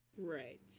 Right